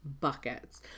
buckets